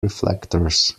reflectors